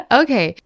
okay